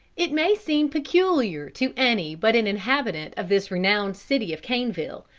it may seem peculiar to any but an inhabitant of this renowned city of caneville,